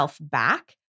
back